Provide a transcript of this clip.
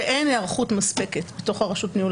שאין היערכות מספקת בתוך רשות ניהול